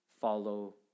follow